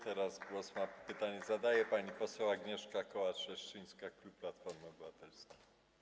Teraz pytanie zadaje pani poseł Agnieszka Kołacz-Leszczyńska, klub Platforma Obywatelska.